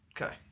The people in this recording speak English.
Okay